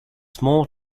small